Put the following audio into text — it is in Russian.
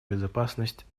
безопасность